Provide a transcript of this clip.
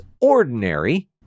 ordinary